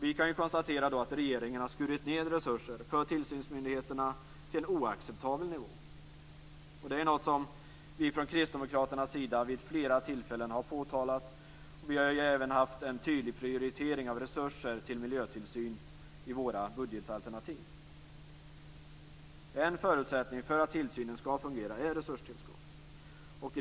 Vi kan konstatera att regeringen har skurit ned resurser för tillsynsmyndigheterna till en oacceptabel nivå. Det är någonting som vi från Kristdemokraternas sida vid flera tillfällen har påtalat. Vi har också haft en tydlig prioritering av resurser till miljötillsyn i våra budgetalternativ. En förutsättning för att tillsynen skall fungera är resurstillskott.